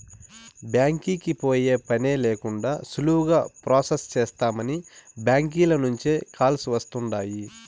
బ్యాంకీకి పోయే పనే లేకండా సులువుగా ప్రొసెస్ చేస్తామని బ్యాంకీల నుంచే కాల్స్ వస్తుండాయ్